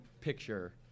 picture